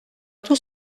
tout